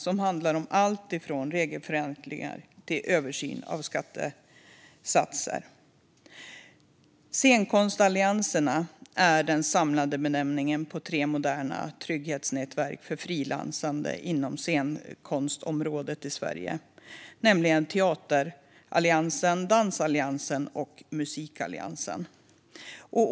Det handlar om alltifrån regelförenklingar till översyn av skattesatser. Scenkonstallianserna är den samlande benämningen för tre moderna trygghetsnätverk för frilansande inom scenkonstområdet i Sverige, nämligen Teateralliansen, Dansalliansen och Musikalliansen.